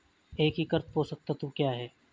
एकीकृत पोषक तत्व क्या है?